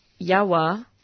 Yawa